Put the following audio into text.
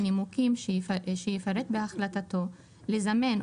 מנימוקים שיפרט בהחלטתו לזמן,